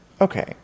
Okay